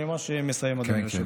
אני ממש מסיים, אדוני היושב-ראש.